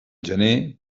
gener